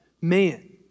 man